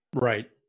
Right